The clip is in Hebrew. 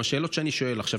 אם בשאלות שאני שואל עכשיו,